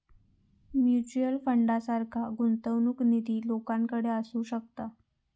mutual फंडासारखा गुंतवणूक निधी लोकांकडे असू शकता